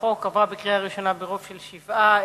הצעת החוק עברה בקריאה ראשונה ברוב של שבעה,